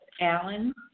Alan